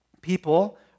People